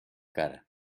cara